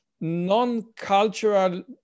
non-cultural